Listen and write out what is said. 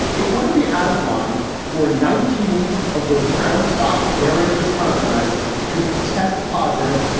it wouldn't be out of line for nineteen of those brown sock wearing wisconsinites to test positive.